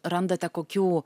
randate kokių